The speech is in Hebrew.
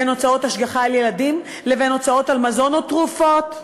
בין הוצאות השגחה על ילדים לבין הוצאות על מזון או תרופות,